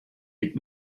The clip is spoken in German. gibt